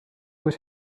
was